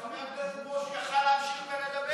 הכנסת ברושי יכול היה להמשיך לדבר,